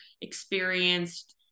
experienced